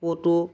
ক'তো